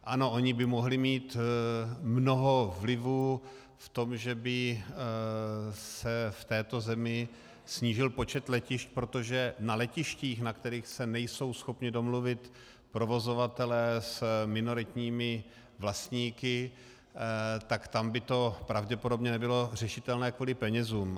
Ano, ony by mohly mít mnoho vlivu v tom, že by se v této zemi snížil počet letišť, protože na letištích, na kterých nejsou schopni se domluvit provozovatelé s minoritními vlastníky, tak tam by to pravděpodobně nebylo řešitelné kvůli penězům.